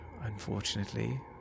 unfortunately